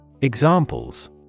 Examples